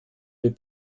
mit